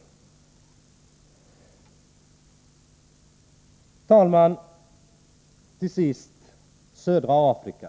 Herr talman! Till sist södra Afrika.